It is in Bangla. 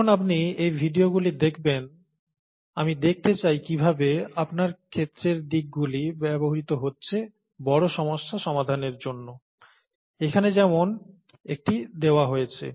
যখন আপনি এই ভিডিওগুলি দেখবেন আমি দেখতে চাই কিভাবে আপনার ক্ষেত্রের দিকগুলি ব্যবহৃত হচ্ছে বড় সমস্যা সমাধানের জন্য এখানে যেমন একটি দেওয়া হয়েছে